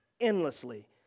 endlessly